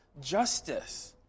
justice